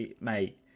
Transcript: mate